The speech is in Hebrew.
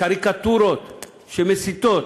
קריקטורות שמסיתות